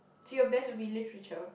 so your best would be literature